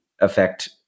affect